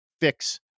fix